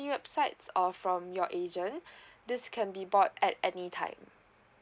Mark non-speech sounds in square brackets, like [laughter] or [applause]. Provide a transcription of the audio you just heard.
websites or from your agent [breath] this can be bought at any time